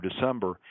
december